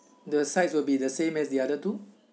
the sides will be the same as the other two